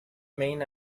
main